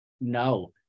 no